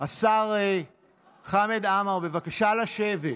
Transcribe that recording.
השר חמד עמאר, בבקשה לשבת.